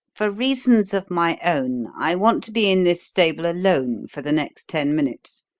for reasons of my own, i want to be in this stable alone for the next ten minutes,